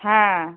হ্যাঁ